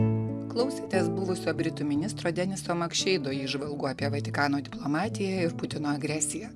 klausėtės buvusio britų ministro deniso makšeido įžvalgų apie vatikano diplomatiją ir putino agresiją